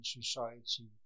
society